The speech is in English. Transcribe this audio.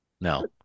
No